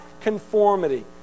conformity